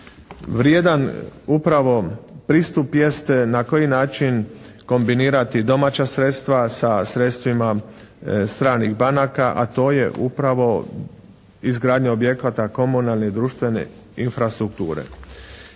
Vrijedan upravo pristup jest na koji način kombinirati domaća sredstva sa sredstvima stranih banaka, a to je upravo izgradnja objekata komunalne i društvene infrastrukture.